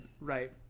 right